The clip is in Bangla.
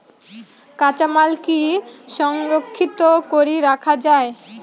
কাঁচামাল কি সংরক্ষিত করি রাখা যায়?